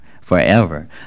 forever